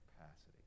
capacity